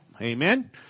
Amen